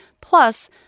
Plus